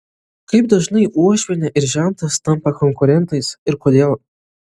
kaip dažnai uošvienė ir žentas tampa konkurentais ir kodėl